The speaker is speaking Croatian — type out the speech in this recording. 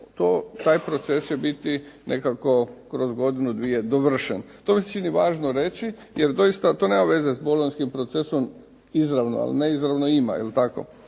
taj proces će biti nekako kroz godinu, dvije dovršen. To mi se čini važno reći jer doista to nema veze sa Bolonjskim procesom izravno, ali neizravno ima. Jel' tako?